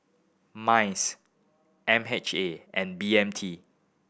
MICE M H A and B M T